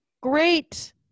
great